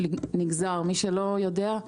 מי שלא יודע,